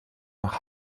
nach